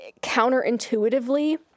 counterintuitively